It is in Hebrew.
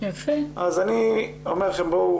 אז אני אומר לכם,